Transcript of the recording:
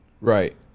Right